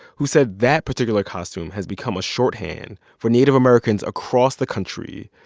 who said that particular costume has become a shorthand for native americans across the country,